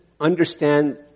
understand